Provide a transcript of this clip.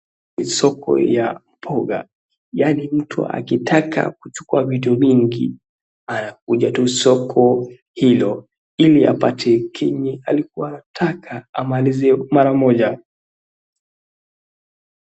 Soko ya mboga. Yaani mtu akitaka kuchukua vitu mingi, anakuja soko hilo ili apate kenye alikuwa anataka amalize mara moja.